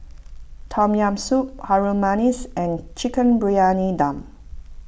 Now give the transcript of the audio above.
Tom Yam Soup Harum Manis and Chicken Briyani Dum